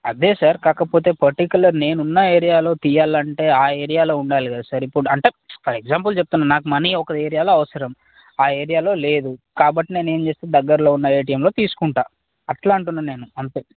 అదే సార్ కాకపోతే పర్టిక్యులర్ నేను ఉన్న ఏరియాలో తీయాలంటే అంటే ఆ ఏరియాలో ఉండాలి కదా సార్ ఇప్పుడు అంటే ఫర్ ఎగ్జాంపుల్ చెప్తున్న నాకు మనీ ఒక ఏరియాలో అవసరం ఆ ఏరియాలో లేదు కాబట్టి నేను ఏమి చేస్తాను దగ్గరలో ఉన్న ఏటీఎంలో తీసుకుంటాను అలా అంటున్నాను నేను అంతే